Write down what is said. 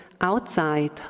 outside